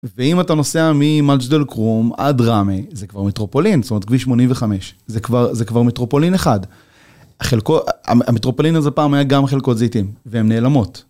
ואם אתה נוסע ממג׳דל קרום עד רמא זה כבר מטרופולין, זאת אומרת כביש שמונים וחמש, זה כבר מטרופולין אחד. המטרופולין הזה פעם היה גם חלקות זיתים והן נעלמות.